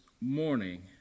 morning